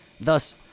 Thus